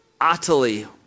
utterly